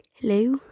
Hello